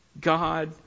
God